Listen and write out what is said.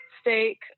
steak